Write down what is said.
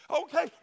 Okay